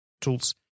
tools